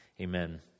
Amen